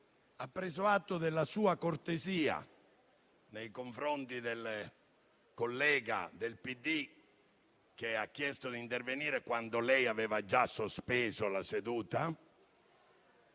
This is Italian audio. Ha preso atto della sua cortesia nei confronti del collega del PD che ha chiesto di intervenire quando lei aveva già sospeso la seduta.